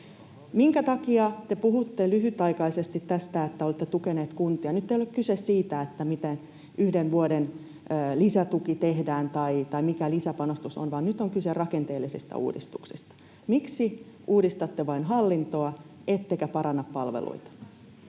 Minkä takia te puhutte tästä, että lyhytaikaisesti olette tukeneet kuntia? Nyt ei ole kyse siitä, miten yhden vuoden lisätuki tehdään tai mikä lisäpanostus on, vaan nyt on kyse rakenteellisesta uudistuksesta. Miksi uudistatte vain hallintoa ettekä paranna palveluita?